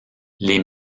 les